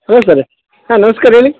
hello sir ಹಾಂ ನಮಸ್ಕಾರ ಹೇಳಿ